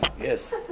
Yes